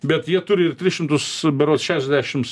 bet jie turi ir tris šimtus berods šešiasdešims